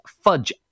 fudge